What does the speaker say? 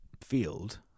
field